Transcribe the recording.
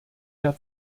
der